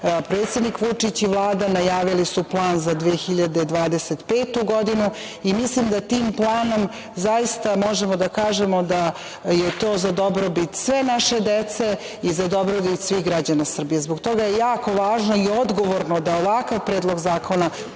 planove. Predsednik Vučić i Vlada najavili su plan za 2025. godinu i mislim da tim planom zaista možemo da kažemo da je to za dobrobit sve naše dece i za dobrobit svih građana Srbije. Zbog toga je jako važno i odgovorno da ovakav predlog zakona